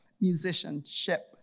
musicianship